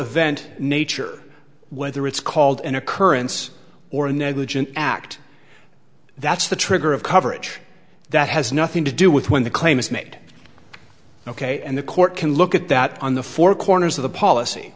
event nature whether it's called an occurrence or a negligent act that's the trigger of coverage that has nothing to do with when the claim is made ok and the court can look at that on the four corners of the policy